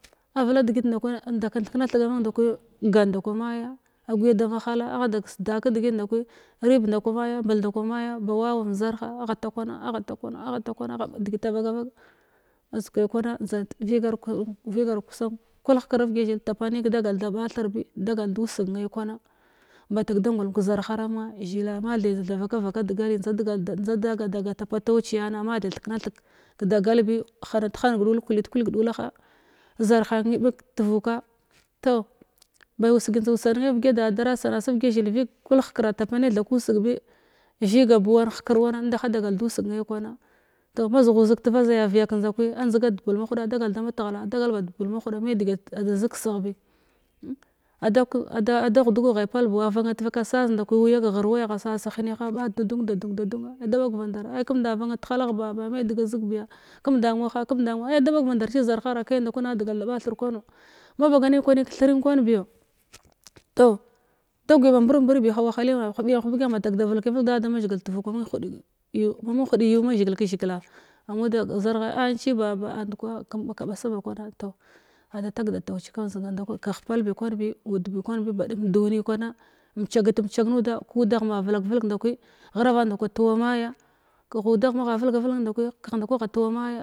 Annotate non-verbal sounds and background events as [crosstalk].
Avla degit nda kwana indak in thikna thiga mun da kwi gan nda kwa maya aguya da marhala agha da kesda kedigit nda kwi rib nda kwa maya ambel nda kwa maya ba waw zarha agha takwan agha takwar agha takwan agha takwana degita a ɓaga ɓag aza kai kwana njdantvigav. Thin-vigar kusan kulhenkivd ivgya zhil ta panne kədagal da ɓathir bi dagal dusseg ne kwanambatak da ngulm ma zhila mathei tha vaka vaka degali njdigal njda da gal da gata patauciyana matha thirknatheg kədagal bi hadit-han kulit kilg ɗulaha zarh a nibik tuvukwa toh ba usegi njdan ussanne vigya da dara sana sa vigya zhil vig kalhejirɗa tapanne tha kusseg bi zhegabuwar hekird wana inda hadagal dussegne kwana nda ma zughur zug tevazaya vikyas mahuɗa ada gal da matghada adagal bad bul mahuda me degiya ada zig kəsegh bi ada kk ada ghudgu ghai pal buwa avana tavaki sas nda kwi wuyak ghr waya agha sa sa henaha aɓa da ɗum-ɗadim dadum ada ɓag ndadar ai kemnda vanna tehalagh baba me dega zig biya kemnd nwaha kemnd nwaha ai da bagva ndadare zar hara kai nda kwana na degal da ɓa thir kwano magane kwanim kwan kəthirin kwan biyo toh taguya ba mbirg mbirg biha wahalina hub yam huɓeg yaqh mbatak da velkiyam velg da da mazhigil tuvuk man-hud-man ma mung hud yu mazhigil ləzhigila amuda zarha anci baba an kwaha kem kaɓasa ba kwaha toh ada tag kau cikwan [unintelligible] kagh kwan bi palbi udbi kwan bi dadum duni kwana mchagatmchag nuda kudagh ma velak vilg kwi ghravan nda kwi tuwa maya kagh udagh magha vulgavulg ninn dakwi kagh nda kwagha tuwa maya.